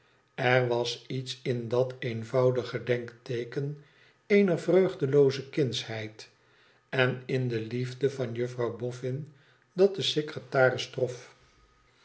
er was iets in dat eenvoudig gedenkteeken eener vreugdelooze kindsheid en in de liefde van juffrouw boffin dat den secretaris trof